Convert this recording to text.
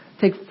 Take